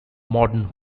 modern